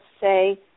say